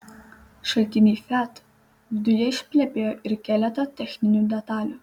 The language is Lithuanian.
šaltiniai fiat viduje išplepėjo ir keletą techninių detalių